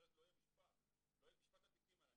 אחרת לא יהיה משפט בתיקים האלה.